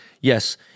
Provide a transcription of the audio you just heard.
yes